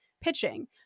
pitching